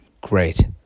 Great